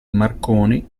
marconi